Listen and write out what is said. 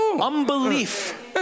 unbelief